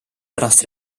pärast